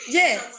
yes